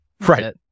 Right